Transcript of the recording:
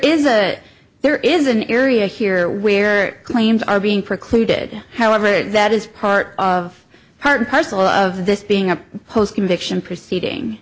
is a there is an area here where claims are being precluded however that is part of part and parcel of this being a post conviction proceeding